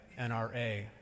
NRA